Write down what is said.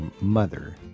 mother